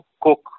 cook